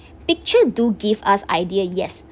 picture do give us idea yes